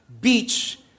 beach